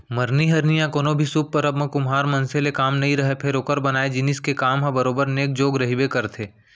मरनी हरनी या कोनो भी सुभ परब म कुम्हार मनसे ले काम नइ रहय फेर ओकर बनाए जिनिस के काम ह बरोबर नेंग जोग रहिबे करथे